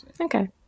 Okay